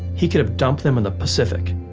he could've dumped them in the pacific,